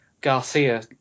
Garcia